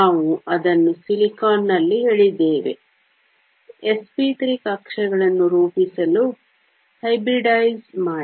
ನಾವು ಅದನ್ನು ಸಿಲಿಕಾನ್ ನಲ್ಲಿ ಹೇಳಿದ್ದೇವೆ sp3 ಕಕ್ಷೆಗಳನ್ನು ರೂಪಿಸಲು ಹೈಬ್ರಿಡೈಸ್ ಮಾಡಿ